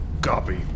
Copy